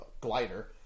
glider